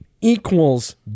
equals